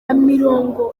mirongo